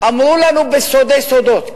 אמרו לנו בסודי סודות.